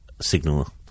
signal